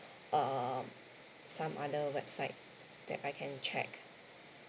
err some other websites that I can check